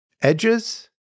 edges